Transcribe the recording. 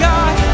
God